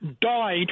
died